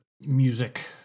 music